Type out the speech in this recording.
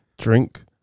Drink